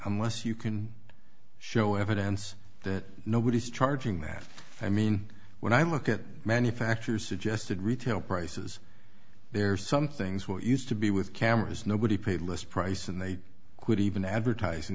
unless you can show evidence that nobody is charging that i mean when i look at manufacturer suggested retail prices there are some things what used to be with cameras nobody paid list price and they could even advertising